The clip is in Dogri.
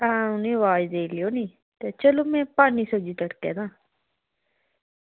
आं उ'नेंगी अवाज़ लाई लैयो नी चलो में पान्नी सब्ज़ी तड़कै तां